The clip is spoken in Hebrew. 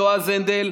יועז הנדל,